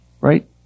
Right